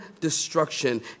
destruction